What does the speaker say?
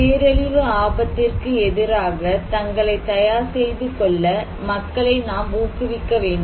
பேரழிவு ஆபத்திற்கு எதிராக தங்களை தயார் செய்து கொள்ள மக்களை நாம் ஊக்குவிக்க வேண்டும்